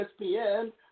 ESPN